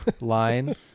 line